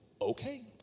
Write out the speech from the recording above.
okay